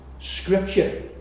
Scripture